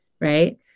right